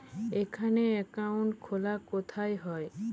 এখানে অ্যাকাউন্ট খোলা কোথায় হয়?